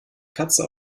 katze